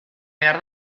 behar